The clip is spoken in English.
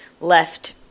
left